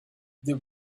there